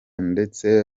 ndetse